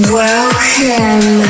welcome